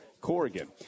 Corrigan